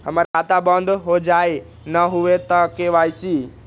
हमर खाता बंद होजाई न हुई त के.वाई.सी?